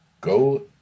go